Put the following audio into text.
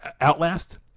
Outlast